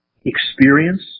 experience